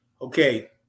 okay